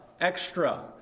extra